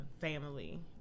family